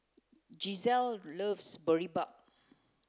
Gisele loves Boribap